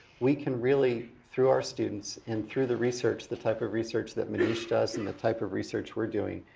we can really through our students and through the research, the type of research that manish does and the type of research that we are doing.